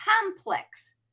complex